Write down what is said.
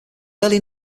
early